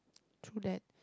true that